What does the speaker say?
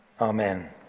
Amen